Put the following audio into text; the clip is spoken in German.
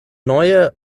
neue